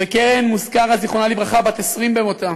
וקארן מוסקרה, זיכרונה לברכה, בת 20 במותה,